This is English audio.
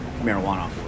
marijuana